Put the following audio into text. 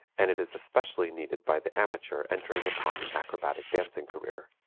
and it is especially needed by the amateur entering upon an acrobatic dancing career.